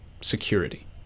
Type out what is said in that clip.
security